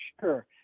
Sure